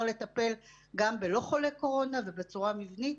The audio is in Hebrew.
לטפל גם בלא חולי קורונה ובצורה מבנית.